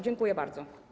Dziękuję bardzo.